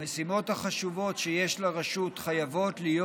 המשימות החשובות שיש לרשות חייבות להיות